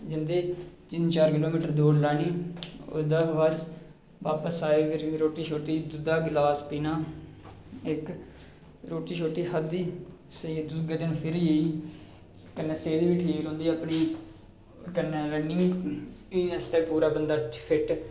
जंदे तिन चार किलोमीटर दौड़ लानी ओह्दे बाद च बापस आए फिर रूट्टी शुट्टी दुद्धै दा गलास पीना इक रूट्टी शुट्टी खाद्धी सेई गे दुए दिन फिर कन्नै सेह्त बी ठीक रौंह्दी अपनी कन्नै रनिंग आस्तै बी पूरा बंदा फिट